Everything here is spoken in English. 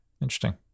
interesting